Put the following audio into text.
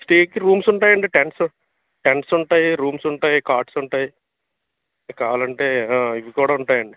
స్టేకి rooms ఉంటాయండి tents tents ఉంటాయి rooms ఉంటాయి కాట్స్ ఉంటాయి కావాలంటే ఇవి కూడా ఉంటాయండి